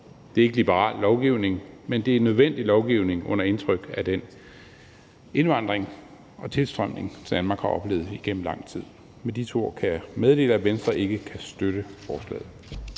Det er ikke liberal lovgivning, men det er nødvendig lovgivning under indtryk af den indvandring og tilstrømning, Danmark har oplevet gennem lang tid. Med disse ord kan jeg meddele, at Venstre ikke kan støtte forslaget.